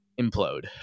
implode